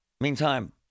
Meantime